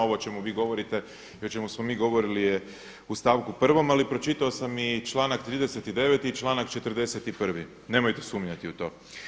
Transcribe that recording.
Ovo o čemu vi govorite i o čemu smo mi govorili je u stavku 1. Ali pročitao sam i članak 39. i članak 41. nemojte sumnjati u to.